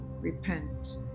repent